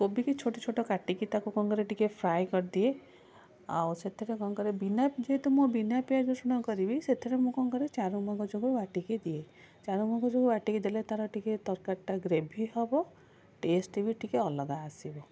କୋବିକି ଛୋଟ ଛୋଟ କାଟିକି ତାକୁ କଣ କରେ ଟିକିଏ ଫ୍ରାଏ କରିଦିଏ ଆଉ ସେଥିରେ କ'ଣ କରେ ବିନା ଯେହେତୁ ମୁଁ ବିନା ପିଆଜ ରସୁଣ କରିବି ସେଥିରେ ମୁଁ କ'ଣ କରେ ଚାରୁମଗଜକୁ ବାଟିକି ଦିଏ ଚାରୁମଗଜକୁ ବାଟିକି ଦେଲେ ତାର ଟିକିଏ ତରକାରୀଟା ଗ୍ରେଭି ହେବ ଟେଷ୍ଟ୍ ବି ଟିକିଏ ଅଲଗା ଆସିବ